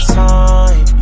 time